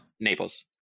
Naples